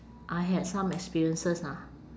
I had some experiences ah